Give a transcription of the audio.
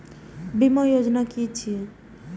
बीमा योजना कि छिऐ?